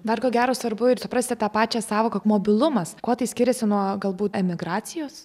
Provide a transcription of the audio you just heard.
dar ko gero svarbu ir suprasti tą pačią sąvoką mobilumas kuo tai skiriasi nuo galbūt emigracijos